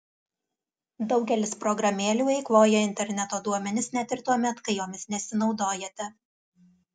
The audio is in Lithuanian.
daugelis programėlių eikvoja interneto duomenis net ir tuomet kai jomis nesinaudojate